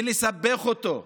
ולסבך אותו במלחמה,